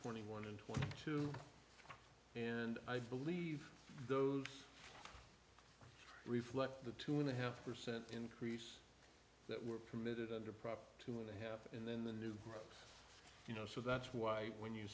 twenty one and twenty two and i believe those reflect the two and a half percent increase that were committed under prop two and a half and then the new you know so that's why when you